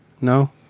No